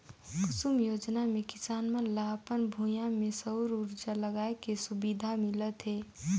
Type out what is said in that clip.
कुसुम योजना मे किसान मन ल अपन भूइयां में सउर उरजा लगाए के सुबिधा मिलत हे